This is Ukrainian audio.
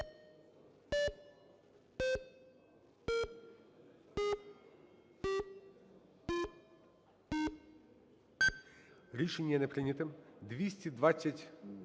Рішення не прийнято. 220…